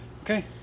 Okay